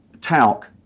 talc